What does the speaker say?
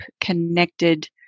connected